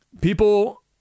People